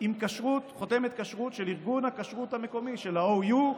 עם חותמת כשרות של ארגון הכשרות המקומי, של ה-OU,